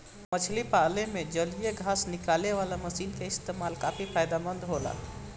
मछरी पाले में जलीय घास निकालेवाला मशीन क इस्तेमाल काफी फायदेमंद होला